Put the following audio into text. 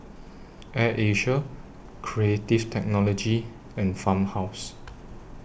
Air Asia Creative Technology and Farmhouse